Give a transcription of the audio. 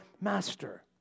master